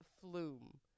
flume